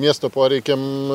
miesto poreikiam